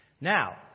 Now